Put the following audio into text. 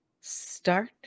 start